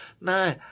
No